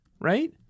Right